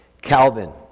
Calvin